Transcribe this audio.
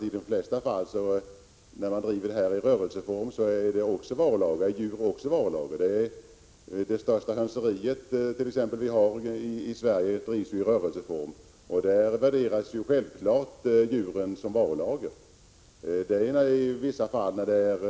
I de flesta fall där man bedriver verksamheten i rörelseform är också djur varulager. Exempelvis det största hönseriet vi har i Sverige drivs ju i rörelseform. Där värderas självfallet djuren som varulager. Det är bara i vissa fall det rör sig om inventarier.